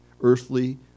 earthly